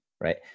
right